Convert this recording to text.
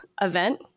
event